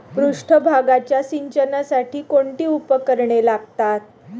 पृष्ठभागाच्या सिंचनासाठी कोणती उपकरणे लागतात?